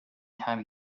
time